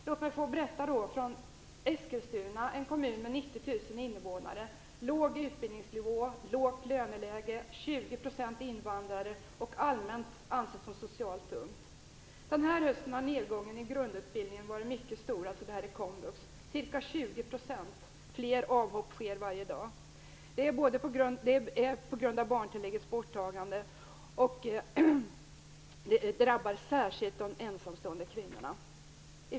Låt mig få berätta från Eskilstuna, en kommun med 90 000 invånare, låg utbildningsnivå, lågt löneläge, 20 % invandrare och allmänt ansedd som socialt tung. Den här hösten har nedgången i grundutbildningen varit mycket stor hos komvux, ca 20 % fler avhopp sker varje dag. Det är på grund av barntilläggets borttagande, och det drabbar särskilt de ensamstående kvinnorna.